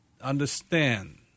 understand